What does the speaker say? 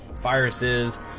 viruses